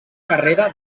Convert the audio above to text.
carrera